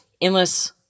endless